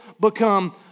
become